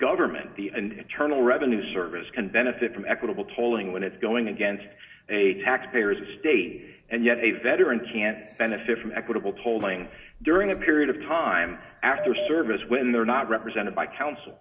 government the internal revenue service can benefit from equitable tolling when it's going against a tax payer is a state and yet a veteran can't benefit from equitable told lang during a period of time after service when they're not represented by coun